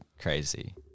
crazy